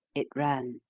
it ran.